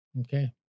Okay